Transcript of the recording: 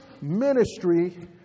ministry